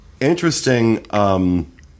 interesting